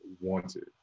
wanted